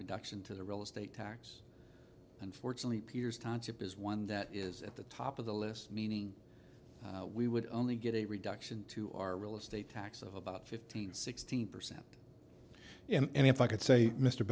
reduction to the real estate tax unfortunately piers concept is one that is at the top of the list meaning we would only get a reduction to our real estate tax of about fifteen sixteen percent and if i could say mr